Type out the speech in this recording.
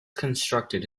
constructed